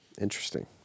Interesting